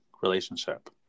relationship